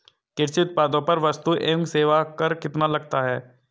कृषि उत्पादों पर वस्तु एवं सेवा कर कितना लगता है?